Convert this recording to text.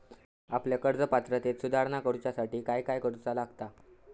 आपल्या कर्ज पात्रतेत सुधारणा करुच्यासाठी काय काय करूचा लागता?